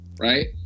Right